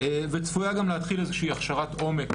וצפויה גם להתחיל איזושהי הכשרת עומק